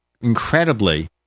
incredibly